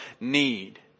need